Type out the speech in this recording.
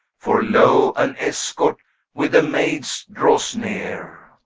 for lo, an escort with the maids draws near.